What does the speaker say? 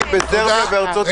הפיזור.